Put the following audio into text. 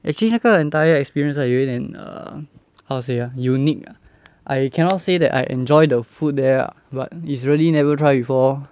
actually 那个 entire experience 有一点 err how to say ah unique ah I cannot say that I enjoy the food there but it's really never try before lor